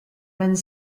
vingt